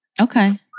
okay